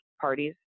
parties